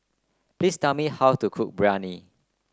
please tell me how to cook Biryani